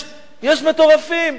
יש מטורפים.